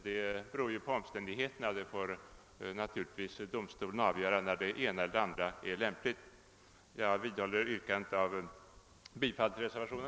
Detta beror på omständigheterna; domstolen får naturligtvis avgöra när det ena eller det andra är lämpligt. Jag vidhåller mitt yrkande om bifall till reservationen.